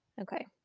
Okay